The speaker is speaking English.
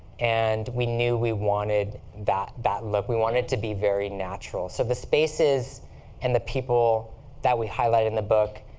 and we knew we wanted that that look. we wanted to be very natural. so the spaces and the people that we highlighted in the book